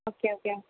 okay okay